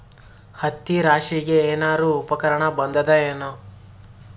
ಹತ್ತಿ ರಾಶಿಗಿ ಏನಾರು ಉಪಕರಣ ಬಂದದ ಏನು?